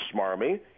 smarmy